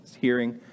hearing